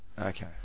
Okay